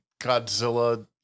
Godzilla